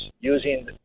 using